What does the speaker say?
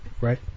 right